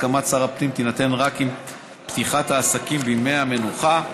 הסכמת שר הפנים תינתן רק אם פתיחת העסקים בימי המנוחה,